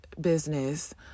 business